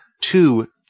two